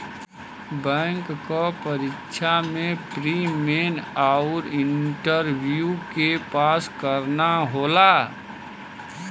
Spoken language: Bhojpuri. बैंक क परीक्षा में प्री, मेन आउर इंटरव्यू के पास करना होला